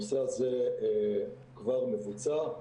הנושא הזה כבר מבוצע.